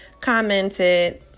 commented